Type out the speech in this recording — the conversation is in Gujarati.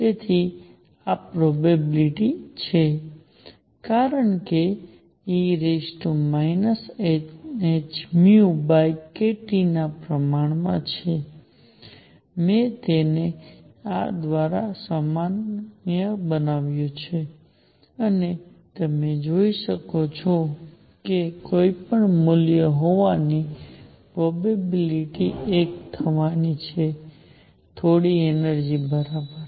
તેથી આ પ્રોબેબિલીટી છે કારણ કે આ e nhνkT ના પ્રમાણમાં છે મેં તેને આ દ્વારા સામાન્ય બનાવ્યું છે અને તમે જોઈ શકો છો કે કોઈ પણ મૂલ્ય હોવાની પ્રોબેબિલીટી એક થવાની છે થોડી એનર્જિ બરાબર